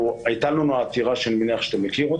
הייתה לנו עתירה שאני מניח שאתה מכיר,